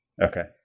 Okay